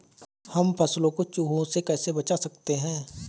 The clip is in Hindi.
हम फसलों को चूहों से कैसे बचा सकते हैं?